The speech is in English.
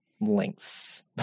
lengths